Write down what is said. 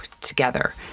together